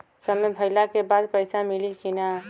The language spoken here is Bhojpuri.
समय भइला के बाद पैसा मिली कि ना?